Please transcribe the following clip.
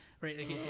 right